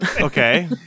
Okay